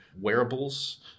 wearables